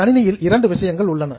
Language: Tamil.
கணினியில் இரண்டு விஷயங்கள் உள்ளன